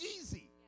easy